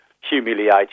humiliated